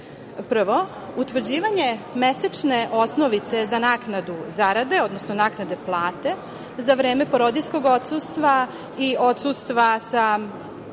Prvo, utvrđivanje mesečne osnovice za naknadu zarade, odnosno naknade plate za vreme porodiljskog odsustva i odsustva sa